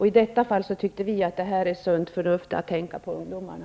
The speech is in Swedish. I detta fall tyckte vi att det var sunt förnuft att tänka på ungdomarna.